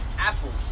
apples